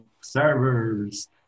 servers